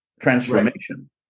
transformation